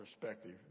perspective